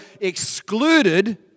excluded